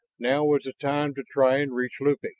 now was the time to try and reach lupe.